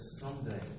someday